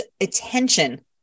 attention